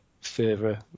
further